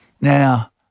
Now